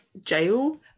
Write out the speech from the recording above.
jail